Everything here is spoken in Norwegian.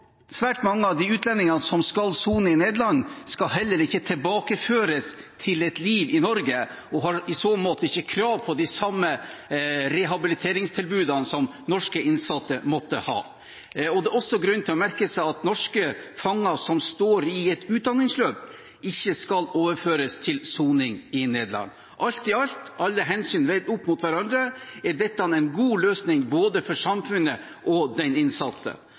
Svært mange av de utlendingene som skal sone i Nederland, skal heller ikke tilbakeføres til et liv i Norge og har i så måte ikke krav på de samme rehabiliteringstilbudene som norske innsatte måtte ha. Det er også grunn til å merke seg at norske fanger som står i et utdanningsløp, ikke skal overføres til soning i Nederland. Alt i alt, alle hensyn veid opp mot hverandre, er dette en god løsning for både samfunnet og den